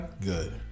good